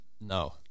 no